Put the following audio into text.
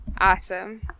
Awesome